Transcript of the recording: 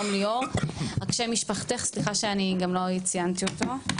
רק שם משפחתך, סליחה שלא ציינתי אותו?